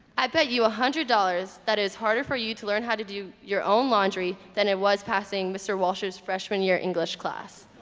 i bet you one ah hundred dollars that is harder for you to learn how to do your own laundry than it was passing. mr walsh's freshman year english class